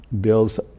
builds